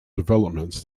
developments